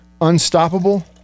unstoppable